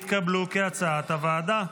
כהצעת הוועדה,